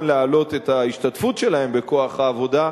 להעלות את ההשתתפות שלהם בכוח העבודה,